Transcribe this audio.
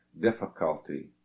difficulty